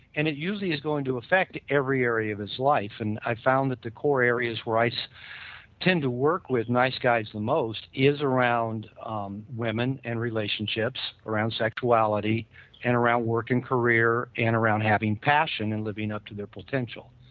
and it usually is going to affect every area of his life and i found that the core areas where i so tend to work with nice guys the most is around um women and relationships, around sexuality and around working career and around having passion and living up to their potential.